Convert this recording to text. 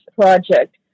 project